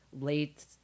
late